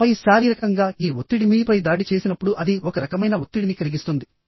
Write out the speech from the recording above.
ఆపై శారీరకంగా ఈ ఒత్తిడి మీపై దాడి చేసినప్పుడు అది ఒక రకమైన ఒత్తిడిని కలిగిస్తుంది